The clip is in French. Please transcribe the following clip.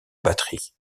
batterie